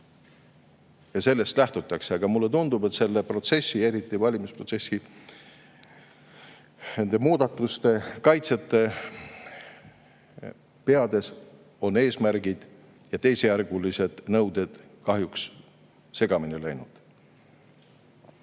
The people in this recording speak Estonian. Sellest lähtutakse. Aga mulle tundub, et selle protsessi, eriti valimisprotsessi muudatuste kaitsjate peades on eesmärgid ja teisejärgulised nõuded kahjuks segamini läinud.